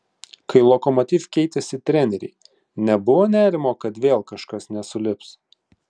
kai lokomotiv keitėsi treneriai nebuvo nerimo kad vėl kažkas nesulips